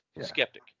skeptic